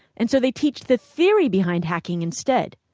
and so they teach the theory behind hacking instead.